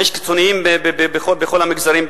ויש קיצונים בכל המגזרים,